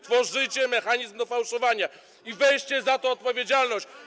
Tworzycie mechanizm do fałszowania i weźcie za to odpowiedzialność.